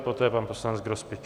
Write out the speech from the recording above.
Poté pan poslanec Grospič.